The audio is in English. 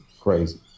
crazy